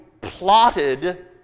plotted